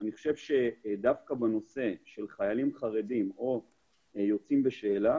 אני חושב שדווקא בנושא של חיילים חרדים או יוצאים בשאלה